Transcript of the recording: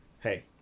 hey